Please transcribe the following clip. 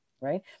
right